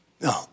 No